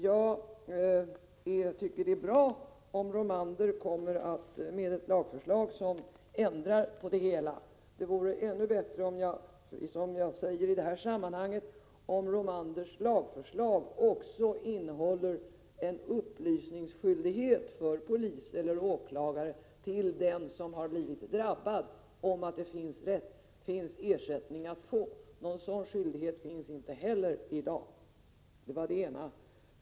Jag tycker att det är bra om Holger Romander lägger fram ett lagförslag som ändrar på det hela. Det vore ännu bättre, som jag har sagt i detta sammanhang, om Holger Romanders lagförslag också innehåller en skyldighet för polis och åklagare att upplysa den som blivit drabbad om att det finns ersättning att få. Någon sådan skyldighet finns inte heller i dag. Det var det ena jag ville beröra.